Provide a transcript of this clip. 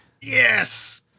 Yes